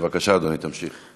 בבקשה, אדוני, תמשיך.